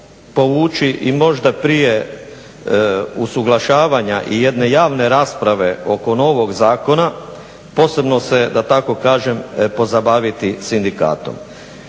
povući i možda prije usuglašavanja i jedne javne rasprave oko novog Zakona posebno se, da tako kažem pozabaviti sindikatom.